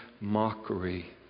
mockery